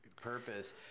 purpose